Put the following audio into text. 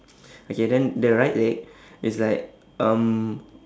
okay then the right leg is like um